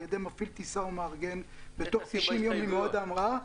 ידי מפעיל טיסה או מארגן בתוך 90 יום ממועד ההמראה,